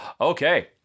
Okay